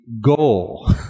goal